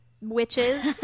witches